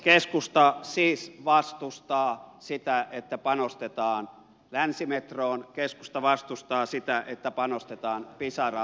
keskusta siis vastustaa sitä että panostetaan länsimetroon keskusta vastustaa sitä että panostetaan pisara rataan